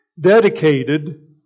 dedicated